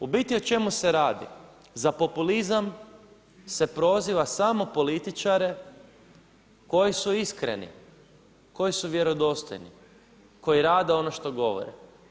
U biti o čemu se radi? za populizam se proziva samo političare koji su iskreni, koji su vjerodostojni, koji rade ono što govore.